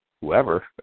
whoever